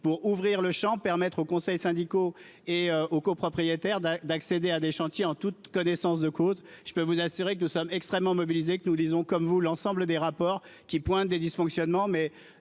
pour ouvrir le champ permettre aux conseils syndicaux et aux copropriétaires d'un d'accéder à des chantiers en toute connaissance de cause, je peux vous assurer que nous sommes extrêmement mobilisés que nous disons, comme vous l'ensemble des rapports qui pointent des dysfonctionnements,